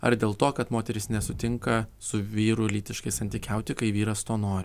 ar dėl to kad moteris nesutinka su vyru lytiškai santykiauti kai vyras to nori